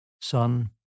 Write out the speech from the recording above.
Son